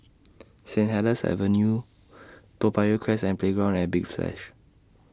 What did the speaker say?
Saint Helier's Avenue Toa Payoh Crest and Playground At Big flash